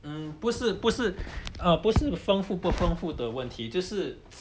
urm 不是不是 uh 不是丰富不丰富的问题就是